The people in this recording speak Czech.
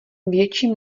větší